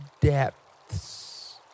depths